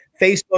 Facebook